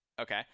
Okay